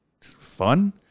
fun